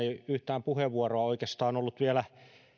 yhtään puheenvuoroa oikeastaan ollut vielä